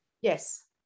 yes